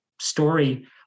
story